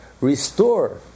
restore